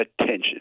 attention